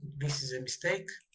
this is a mistake.